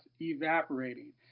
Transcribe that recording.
evaporating